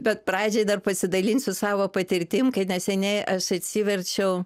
bet pradžiai dar pasidalinsiu savo patirtim kai neseniai aš atsiverčiau